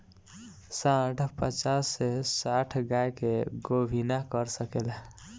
सांड पचास से साठ गाय के गोभिना कर सके ला